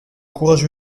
courageux